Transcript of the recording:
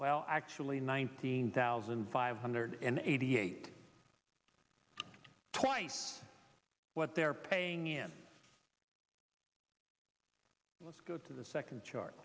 well actually nineteen thousand five hundred and eighty eight twice what they're paying in let's go to the second ch